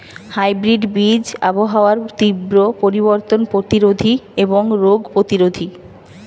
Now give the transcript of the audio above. hybrid বীজ আবহাওয়ার তীব্র পরিবর্তন প্রতিরোধী এবং রোগ প্রতিরোধী